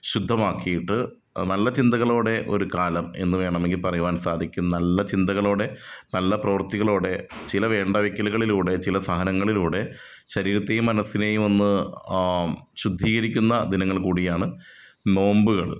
ശുദ്ധമാക്കിയിട്ട് നല്ല ചിന്തകളോടെ ഒരു കാലം എന്ന് വേണമെങ്കിൽ പറയുവാൻ സാധിക്കും നല്ല ചിന്തകളോടെ നല്ല പ്രവൃത്തികളോടെ ചില വേണ്ട വയ്ക്കലുകളിലൂടെ ചില സഹനങ്ങളിലൂടെ ശരീരത്തേയും മനസ്സിനേയും ഒന്ന് ശുദ്ധീകരിക്കുന്ന ദിനങ്ങൾ കൂടിയാണ് നോമ്പുകൾ